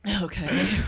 Okay